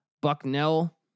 Bucknell